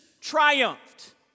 triumphed